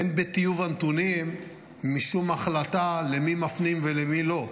אין בטיוב הנתונים משום ההחלטה למי מפנים ולמי לא,